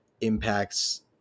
impacts